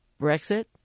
Brexit